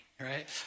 right